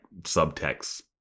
subtext